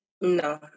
no